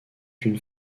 une